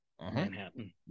Manhattan